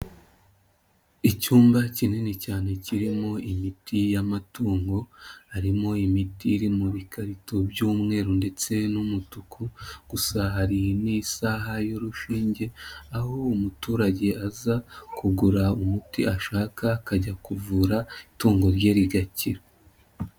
Icyumba kinini cyane kirimo imiti y'amatungo, harimo imiti iri mu bikarito by'umweru ndetse n'umutuku, gusa hari n'isaha y'urushinge, aho umuturage aza kugura umuti ashaka, akajya kuvura itungo rye rigakira.